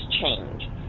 change